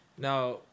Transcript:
Now